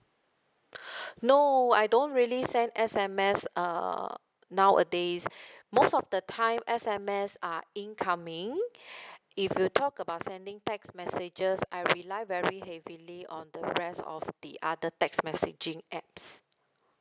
no I don't really send S_M_S err nowadays most of the time S_M_S are incoming if you talk about sending text messages I rely very heavily on the rest of the other text messaging apps